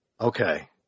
Okay